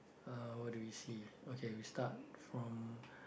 uh what do we see okay we start from